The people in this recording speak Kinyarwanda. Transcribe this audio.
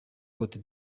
cote